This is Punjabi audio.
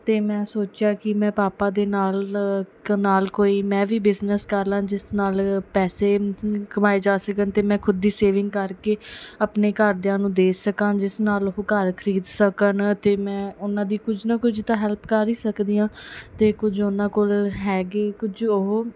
ਅਤੇ ਮੈਂ ਸੋਚਿਆ ਕਿ ਪਾਪਾ ਦੇ ਨਾਲ ਕ ਨਾਲ ਕੋਈ ਮੈਂ ਵੀ ਬਿਜ਼ਨਸ ਕਰ ਲਵਾਂ ਜਿਸ ਨਾਲ ਪੈਸੇ ਕਮਾਏ ਜਾ ਸਕਣ ਅਤੇ ਮੈਂ ਖੁਦ ਦੀ ਸੇਵਿੰਗ ਕਰਕੇ ਆਪਣੇ ਘਰਦਿਆਂ ਨੂੰ ਦੇ ਸਕਾਂ ਜਿਸ ਨਾਲ ਉਹ ਘਰ ਖਰੀਦ ਸਕਣ ਅਤੇ ਮੈਂ ਉਹਨਾਂ ਦੀ ਕੁਝ ਨਾ ਕੁਝ ਤਾਂ ਹੈਲਪ ਕਰ ਹੀ ਸਕਦੀ ਹਾਂ ਅਤੇ ਕੁਝ ਉਹਨਾਂ ਕੋਲ ਹੈਗੇ ਕੁਝ ਉਹ